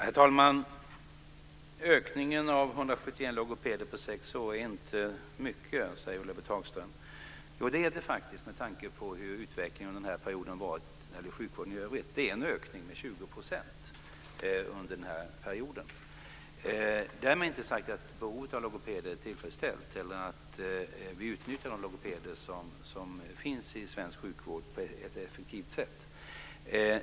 Herr talman! Ökningen med 171 logopeder på sex år är inte mycket, säger Ulla-Britt Hagström. Jo, det är det faktiskt med tanke på hur utvecklingen har varit under denna period när det gäller sjukvården i övrigt. Det är en ökning med 20 % under denna period. Därmed är det inte sagt att behovet av logopeder är tillfredsställt eller att vi utnyttjar de logopeder som finns i svensk sjukvård på ett effektivt sätt.